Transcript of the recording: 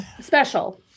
special